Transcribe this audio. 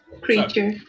creature